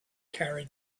carried